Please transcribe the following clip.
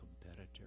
competitor